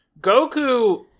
Goku